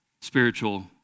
spiritual